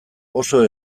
oso